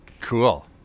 cool